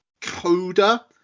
coda